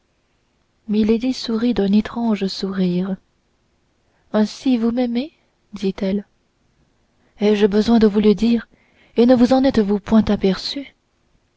sourit d'un étrange sourire ainsi vous m'aimez dit-elle ai-je besoin de vous le dire et ne vous en êtes-vous point aperçue